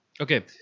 Okay